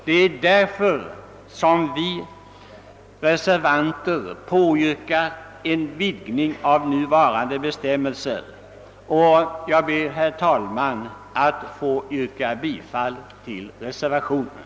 Det är därför, herr talman, som vi reservanter påyrkar en vidgning av nuvarande bestämmelser, och jag ber att få yrka bifall till reservationen.